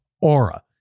Aura